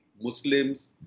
Muslims